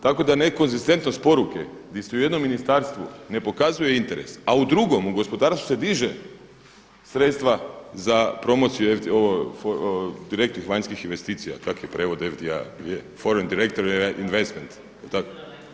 Tako da nekonzistentnost poruke gdje se u jednom ministarstvu ne pokazuje interes, a u drugom, u gospodarstvu se diže sredstva za promociju direktnih vanjskih investicija, takav je prijevod FDI-a, Foreign Direct Investment.